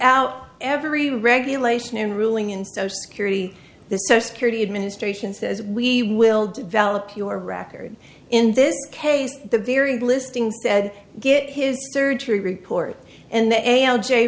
out every regulation ruling in social security the so security administration says we will develop your record in this case the very listing said get his surgery report and the a l j